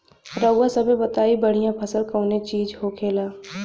रउआ सभे बताई बढ़ियां फसल कवने चीज़क होखेला?